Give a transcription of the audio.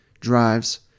drives